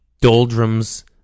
doldrums